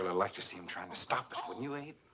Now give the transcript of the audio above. like to see him try and to stop us, wouldn't you, abe?